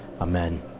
Amen